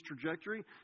trajectory